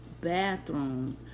bathrooms